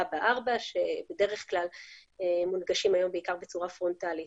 כמו רבה 4 שבדרך כלל מונגשים היום בעיקר בצורה פרונטלית.